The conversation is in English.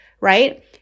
Right